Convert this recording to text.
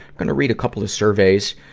gonna read a couple of surveys.